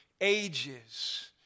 ages